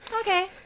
Okay